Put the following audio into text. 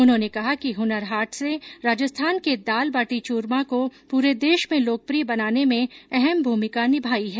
उन्होने कहा कि हुनर हाट ने राजस्थान के दाल बाटी चूरमा को पूरे देश में लोकप्रिय बनाने में अहम भूमिका निभाई है